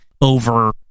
over